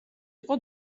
იყო